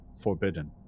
forbidden